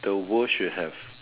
the world should have